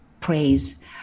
praise